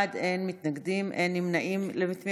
(בזק ושידורים) (תיקון מס' 74)